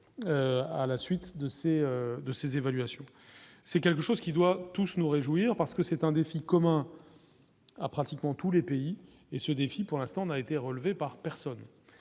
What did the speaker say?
à la suite de ces, de ces évaluations, c'est quelque chose qui doit tous nous réjouir, parce que c'est un défi commun a pratiquement tous les pays et ce défi pour l'instant n'a été relevée par personne